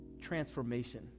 transformation